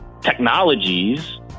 technologies